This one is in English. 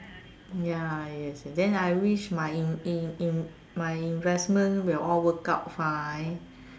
ya yes yes then I wish my in in in my investment will all work out fine